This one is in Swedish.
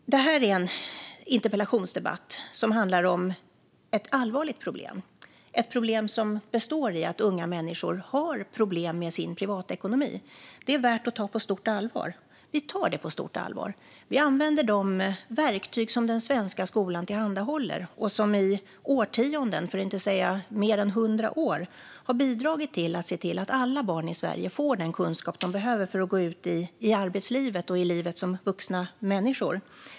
Denna interpellationsdebatt handlar om ett allvarligt problem: att unga människor har problem med sin privatekonomi. Detta är värt att ta på stort allvar, och det gör vi. Vi använder de verktyg som den svenska skolan tillhandahåller och som i årtionden, för att inte säga i mer än hundra år, har bidragit till att alla barn i Sverige får den kunskap de behöver för att gå ut i arbetslivet och livet som vuxna människor.